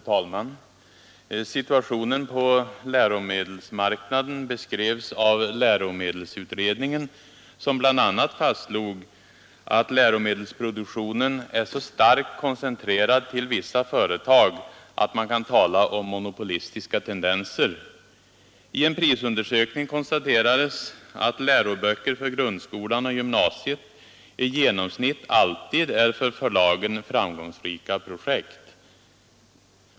Herr talman! Situationen på läromedelsmarknaden beskrevs av läromedelsutredningen, som bl.a. fastslog att läromedelsproduktionen ”är så starkt koncentrerad till vissa företag att man kan tala om monopolistiska tendenser”. I en prisundersökning konstaterades att ”läroböcker för grundskolan och gymnasiet i genomsnitt alltid är för förlagen framgångsrika projekt”.